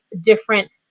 different